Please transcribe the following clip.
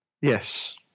Yes